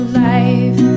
life